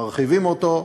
מרחיבים אותו,